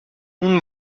اون